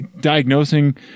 diagnosing